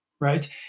right